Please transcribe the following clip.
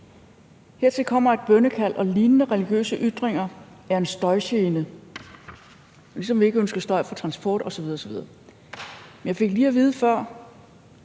»Hertil kommer, at bønnekald og lignende religiøse ytringer er en støjgene. Ligesom vi ikke ønsker støj fra transport osv. osv. ...«. Men jeg fik at vide lige